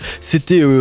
c'était